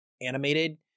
animated